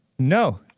No